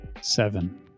Seven